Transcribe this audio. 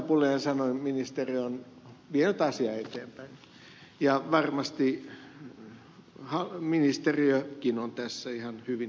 pulliainen sanoi ministeri on vienyt asiaa eteenpäin ja varmasti ministeriökin on tässä ihan hyvin liikkeellä